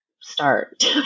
start